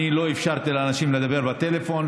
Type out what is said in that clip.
אני לא אפשרתי לאנשים לדבר בטלפון,